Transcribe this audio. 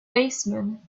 baseman